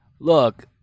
look